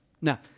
Now